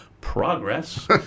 progress